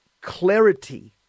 clarity